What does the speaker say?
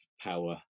power